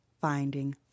finding